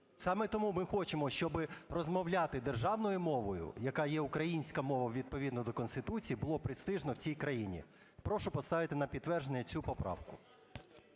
Саме тому ми хочемо, щоби розмовляти державною мовою, яка є українська мова, відповідно до Конституції, було престижно в цій країні. Прошу поставити на підтвердження цю поправку.